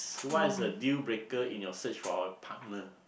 what is deal breaker in your search for a partner